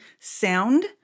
sound